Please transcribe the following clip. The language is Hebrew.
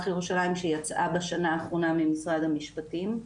ירושלים שיצאה בשנה האחרונה ממשרד המשפטים.